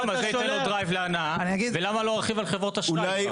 שם זה ייתן לו דרייב להנעה ולמה לא רכיב על חברות אשראי כבר?